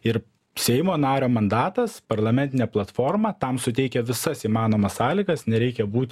ir seimo nario mandatas parlamentinė platforma tam suteikia visas įmanomas sąlygas nereikia būt